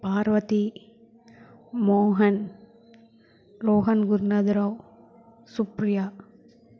Parvati Mohan Mohan Gurunatha Rao Supriya